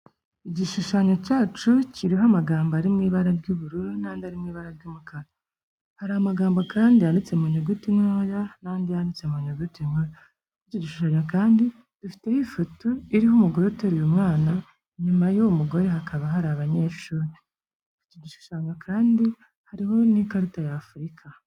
Igishushanyo cyacu kiriho amagambo ari mu ibara ry'ubururu n'andi ari mu ibara ry'umukara. Hari amagambo kandi yanditse mu nyuguti ntoya n'andi yanditse mu nyuguti nkuru. Kuri icyo gishushanyo kandi dufiteho ifoto iriho umugore uteruye umwana, inyuma y'uwo mugore hakaba hari abanyeshuri. Icyo gishushanyo kandi hariho n'ikarita y'Afurika.